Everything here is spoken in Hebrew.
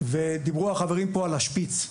ודיברו פה החברים על השפיץ.